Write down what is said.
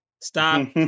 Stop